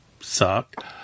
suck